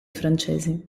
francesi